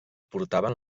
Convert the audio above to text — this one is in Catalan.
portaven